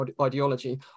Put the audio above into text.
ideology